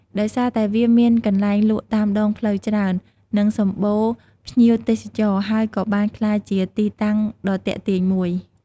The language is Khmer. ដោយសារតែវាមានកន្លែងលក់តាមដងផ្លូវច្រើន និងសម្បូរភ្ញៀវទេសចរណ៍ ហើយក៏បានក្លាយជាទីតាំងដ៏ទាក់ទាញមួយ។